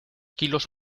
kilos